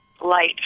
light